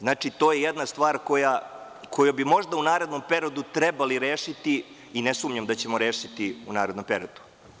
Znači, to je jedna stvar koju bi možda u narednom periodu trebali rešiti, i ne sumnjam da ćemo rešiti u narednom periodu.